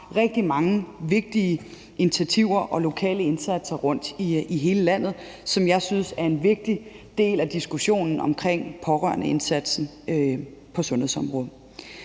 rigtig mange vigtige initiativer og lokale indsatser rundt i hele landet, som jeg synes er en vigtig del af diskussionen omkring pårørendeindsatsen på sundhedsområdet.